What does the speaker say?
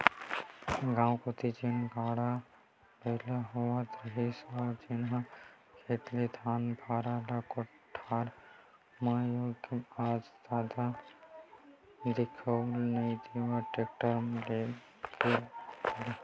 गाँव कोती जेन गाड़ा बइला होवत रिहिस हे जेनहा खेत ले धान के भारा ल कोठार तक लेगय आज जादा दिखउल नइ देय टेक्टर के आय ले